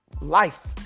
life